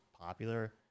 popular